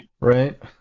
right